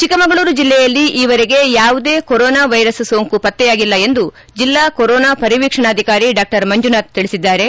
ಚಿಕ್ಕಮಗಳೂರು ಜಿಲ್ಲೆಯಲ್ಲಿ ಈವರೆಗೆ ಯಾವುದೇ ಕೊರೊನೋ ವೈರಸ್ ಸೋಂಕು ಪತ್ತೆಯಾಗಿಲ್ಲ ಎಂದು ಜಿಲ್ಲಾ ಕೊರೋನಾ ಪರಿವೀಕ್ಷಣಾಧಿಕಾರಿ ಡಾ ಮಂಜುನಾಥ್ ತಿಳಿಸಿದ್ದಾರೆ